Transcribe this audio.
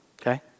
okay